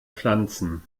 pflanzen